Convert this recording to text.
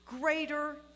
greater